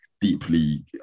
deeply